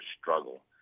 struggle